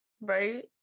Right